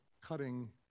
cutting